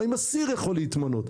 האם אסיר יכול להתמנות?